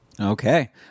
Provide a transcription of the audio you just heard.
okay